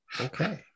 Okay